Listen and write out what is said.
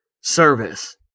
service